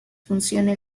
funcione